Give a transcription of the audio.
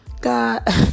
God